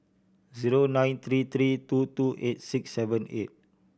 zero nine three three two two eight six seven eight